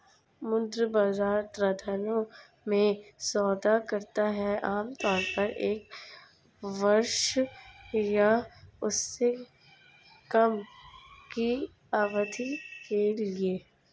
मुद्रा बाजार ऋणों में सौदा करता है आमतौर पर एक वर्ष या उससे कम की अवधि के लिए